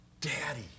Daddy